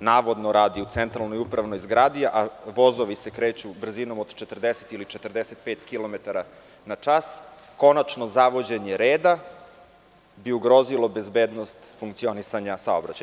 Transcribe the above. navodno radi u centralnoj upravnoj zgradi, a vozovi se kreću brzinom od 40 ili 45 kilometara na čas, konačno zavođenje reda bi ugrozilo bezbednost funkcionisanja saobraćaja.